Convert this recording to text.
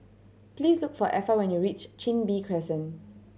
please look for Effa when you reach Chin Bee Crescent